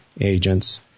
agents